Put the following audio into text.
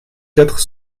quatre